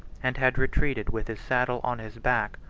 and had retreated with his saddle on his back,